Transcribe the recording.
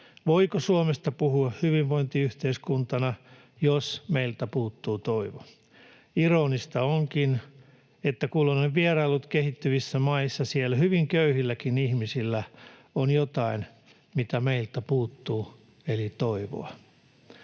Voiko Suomesta puhua hyvinvointiyhteiskuntana, jos meiltä puuttuu toivo? Ironista onkin, että kun olen vieraillut kehittyvissä maissa, siellä hyvin köyhilläkin ihmisillä on jotain, mitä meiltä puuttuu, eli toivoa.